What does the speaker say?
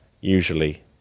usually